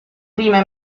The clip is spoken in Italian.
prime